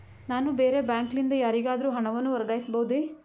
ನಾನು ಬೇರೆ ಬ್ಯಾಂಕ್ ಲಿಂದ ಯಾರಿಗಾದರೂ ಹಣವನ್ನು ವರ್ಗಾಯಿಸಬಹುದೇ?